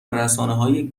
رسانههای